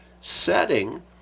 setting